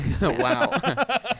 Wow